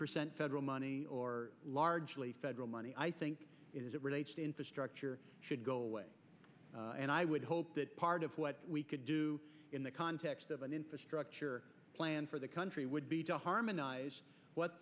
percent federal money or largely federal money i think it as it relates to infrastructure should go away and i would hope that part of what we could do in the context of an infrastructure plan for the country would be to harmonize what